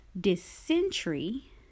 dysentery